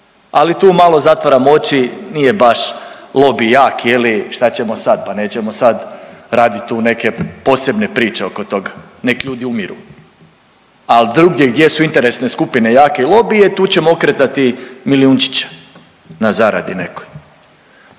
ali tu malo zatvaramo oči, nije baš lobi jak je li šta ćemo sad, pa nećemo sad radit tu neke posebne priče oko toga, nek ljudi umiru, al drugdje gdje su interesne skupine jake i lobije tu ćemo okretati milijunčiće na zaradi nekoj.